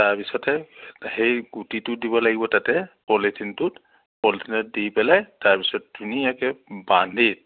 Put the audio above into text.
তাৰপিছতে সেই গুটিটো দিব লাগিব তাতে পলিথিনটোত পলিথিনত দি পেলাই তাৰপিছত ধুনীয়াকৈ বান্ধি